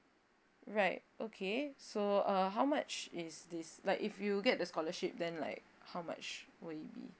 right okay so uh how much is this like if you get the scholarship then like how much will it be